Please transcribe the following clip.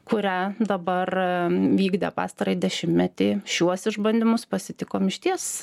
kurią dabar vykdė pastarąjį dešimtmetį šiuos išbandymus pasitikom išties